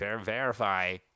verify